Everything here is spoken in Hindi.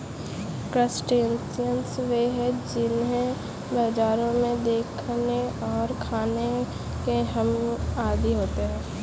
क्रस्टेशियंस वे हैं जिन्हें बाजारों में देखने और खाने के हम आदी होते हैं